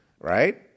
right